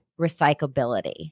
recyclability